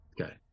Okay